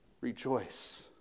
Rejoice